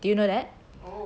fan meet did you know that